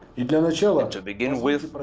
you know so ah to begin with, but